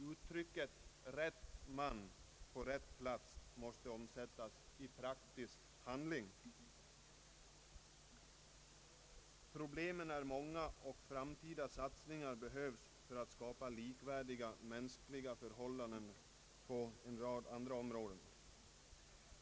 Uttrycket ”rätt man på rätt plats” måste omsättas i praktisk handling. Problemen är många, och framtida satsningar behövs för att skapa likvärdiga mänskliga förhållanden på en rad olika områden.